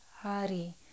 Hari